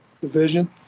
Division